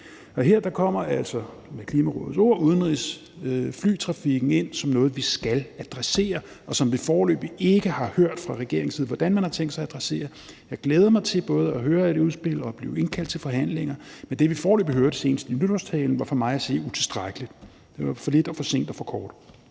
ord udenrigsflytrafikken ind som noget, vi skal adressere, og som vi foreløbig ikke har hørt fra regeringens side hvordan man har tænkt sig at adressere. Jeg glæder mig til både at høre et udspil og blive indkaldt til forhandlinger. Men det, vi foreløbig har hørt – senest i nytårstalen – er for mig at se utilstrækkeligt. Det er for lidt og for sent og for kort.